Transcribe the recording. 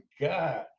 God